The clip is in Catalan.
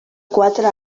quatre